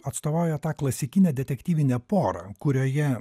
atstovauja tą klasikinę detektyvinę porą kurioje